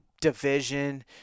division